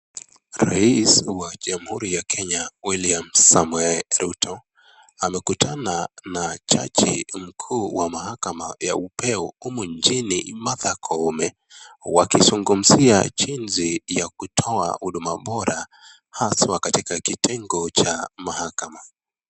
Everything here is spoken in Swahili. Rais wa jamhuri ya Kenya William Samoei Ruto. Amekutana na jaji mkuu wa mahakama ya upeo humu nchini Martha Koome. Wakizungumzia jinsi ya kutoa huduma bora haswa katika kipengo cha mahakama.